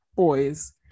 boys